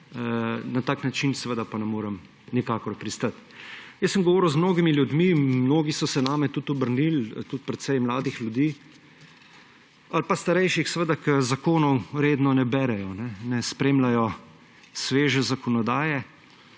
na tak način pa seveda ne morem nikakor pristati. Govoril sem z mnogimi ljudmi, mnogi so se na mene tudi obrnili, tudi precej mladih ljudi ali pa starejših, ki zakonov redno ne berejo, ne spremljajo sveže zakonodaje